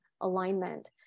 alignment